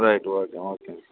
right okay ஓகேங்க sir